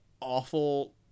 awful